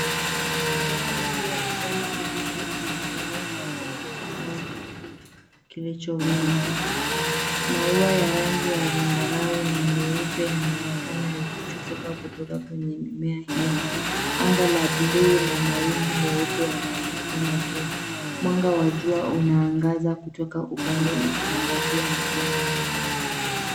Mimea mingi ya kijani kibichi imefunika ukuta au kitu kilichovimba. Maua ya rangi ya zambarau na meupe yanaonekana yakichipuka katoka kwenye mimea hiyo. Anga la buluu na mawingu meupe yanaonekana juu. Mwanga wa jua unaangaza kutoka upande ukiangazia majani.